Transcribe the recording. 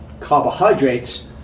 carbohydrates